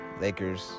Lakers